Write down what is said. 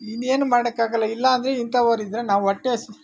ಇನ್ನೇನೂ ಮಾಡೋಕ್ಕಾಗಲ್ಲ ಇಲ್ಲ ಅಂದರೆ ಇಂಥವರಿದ್ದರೆ ನಾವು ಹೊಟ್ಟೆ ಹಸ್